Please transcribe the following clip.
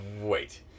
Wait